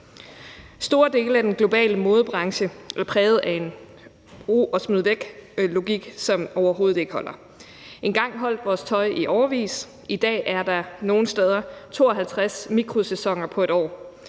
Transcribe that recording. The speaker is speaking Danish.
Store dele af den globale modebranche er præget af en brug og smid væk-logik, som overhovedet ikke holder. Engang holdt vores tøj i årevis; i dag er der nogle steder 52 mikrosæsoner på et år.